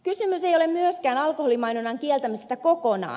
kysymys ei ole myöskään alkoholimainonnan kieltämisestä kokonaan